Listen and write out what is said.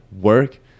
work